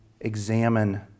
examine